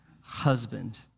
husband